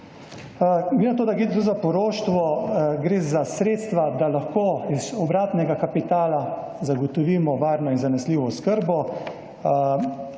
na to da gre tu za poroštvo, gre za sredstva, da lahko iz obratnega kapitala zagotovimo varno in zanesljivo oskrbo,